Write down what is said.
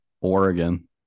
Oregon